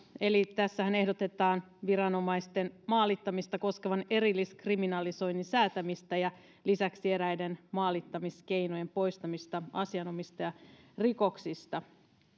eli tässähän ehdotetaan viranomaisten maalittamista koskevan erilliskriminalisoinnin säätämistä ja lisäksi eräiden maalittamiskeinojen poistamista asianomistajarikoksista